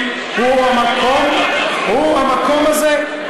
הוא המקום הזה.